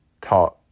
taught